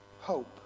hope